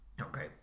Okay